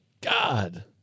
God